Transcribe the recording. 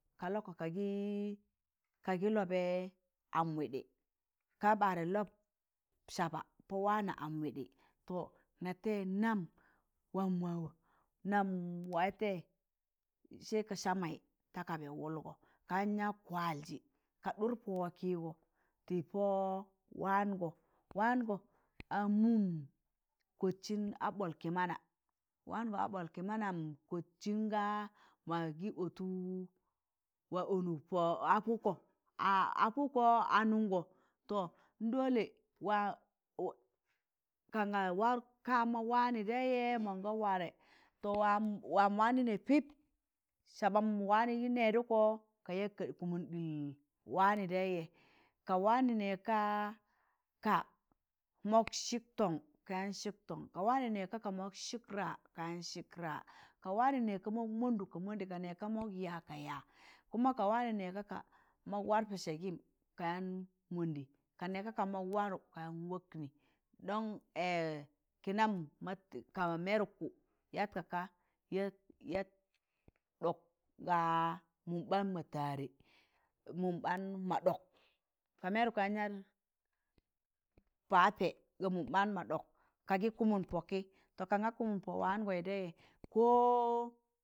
Ka lọkọ kagị kagị lọbẹẹ am wịịɗị ka baarẹ lọp saba pọ waana am wịịɗị to na tẹịzẹ nam waam ma nam waịtẹ sai ka saa maị ta kabaị wụlgọ kayan yag kwaịjị ka ɗụr pọ wọkịgọ tị pọ waangọ, waangọ a mụm kọtsị a ɓọl kị maana waangọ a ɓọl kị manam kọtsịn ga maya gị ọtụk wa ọnụk pọọ a pụkọ a pụkọ a nụngọ to n dole wa wa kanga warụk ka ma waanị daịjẹ mọnga warẹ to waam waanị nẹ pịb sabam waanị nẹdụkọ ka yagka kụmụn ɗịl waanị daịjẹ ka waanị nẹẹka ka, mọk sịk tọn ka yaan sịk tọn, ka waanị nẹẹk ka mọk sị raa kayan sịk raa, ka waanị nẹgka mọk mọndụ ka mọndẹ ka nẹgka mọk yaa ka yaa kuma ka waanị nẹg ka ka mọk war pịsẹ gịm kayan mọndị ka nẹg ka ka mọk warụ kayaan waknị ɗon kịnan ma ka mẹrụk kụ yat kaka yat yat ɗọk ga mụm ɓaan ma tare mụm ɓaan ma ɗọk ka mẹrụk yaan yat paatẹ ka mụm ɓaan ma ɗọk kagị kụmụm pọkị to kak ka kụmụn pọ waangọị daị ko,